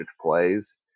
plays